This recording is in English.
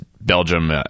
Belgium